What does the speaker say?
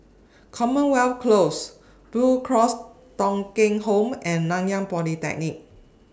Commonwealth Close Blue Cross Thong Kheng Home and Nanyang Polytechnic